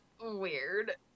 Weird